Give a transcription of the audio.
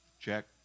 check